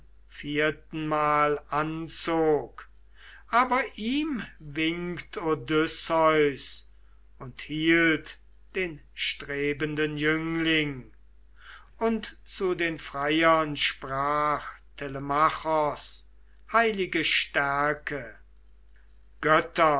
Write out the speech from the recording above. viertenmal anzog aber ihm winkt odysseus und hielt den strebenden jüngling und zu den freiern sprach telemachos heilige stärke